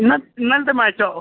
ഇന്ന് ഇന്നലത്തെ മേച്ചോ